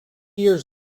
years